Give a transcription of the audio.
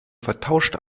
vertauscht